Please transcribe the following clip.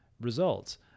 results